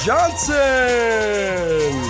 Johnson